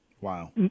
Wow